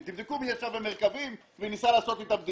תבדקו מי ישב במרכבים, מי ניסה לעשות אתם דילים.